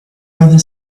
rather